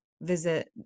visit